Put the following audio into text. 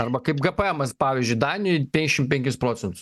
arba kaip gpemas pavyzdžiui danijoj penkdešimt penkis procentus